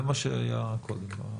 זה מה שהיה קודם.